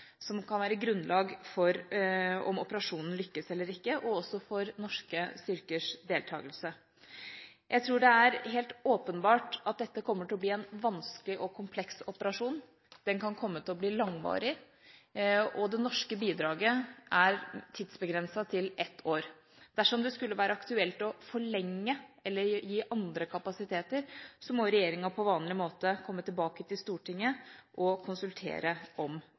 som kan være grunnlag for om operasjonen lykkes eller ikke, og også for norske styrkers deltakelse. Jeg tror det er helt åpenbart at dette kommer til å bli en vanskelig og kompleks operasjon, den kan komme til å bli langvarig, og det norske bidraget er tidsbegrenset til ett år. Dersom det skulle være aktuelt å forlenge det eller gi andre kapasiteter, må regjeringa på vanlig måte komme tilbake til Stortinget og konsultere om